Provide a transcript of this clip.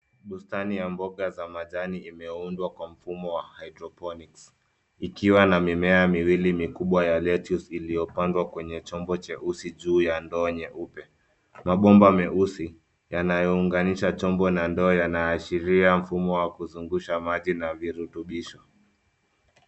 Bustani ya mboga za majani imeundwa kwa mfumo wa hydroponics , ikiwa na mimea miwili mikubwa ya lettuce iliyopandwa kwenye chombo cheusi juu ya ndoo nyeupe. Mabomba meusi yanayounganisha chombo na ndoo yanaashiria mfumo wa kuzungusha mali na virutubisho.